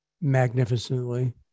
magnificently